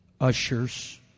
ushers